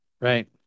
Right